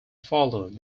followed